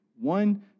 One